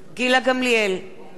נגד מסעוד גנאים,